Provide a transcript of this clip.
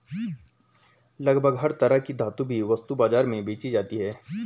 लगभग हर तरह की धातु भी वस्तु बाजार में बेंची जाती है